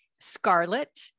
scarlet